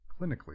clinically